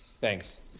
Thanks